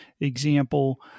example